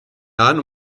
nahen